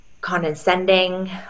condescending